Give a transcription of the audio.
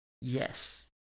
Yes